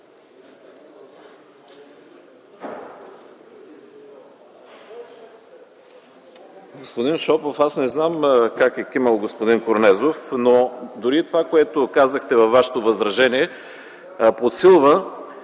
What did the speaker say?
аз не знам как е кимал господин Корнезов, но дори това, което казахте във Вашето възражение, подсилва